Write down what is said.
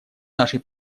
нашей